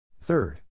Third